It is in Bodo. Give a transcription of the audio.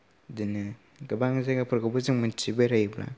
गोबां जायगाफोरखौबो जों मिन्थियो बेरायोबा